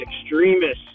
extremists